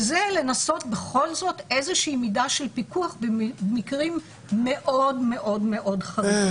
וזה לנסות בכל זאת איזו שהיא מידה של פיקוח במקרים מאוד-מאוד חריגים.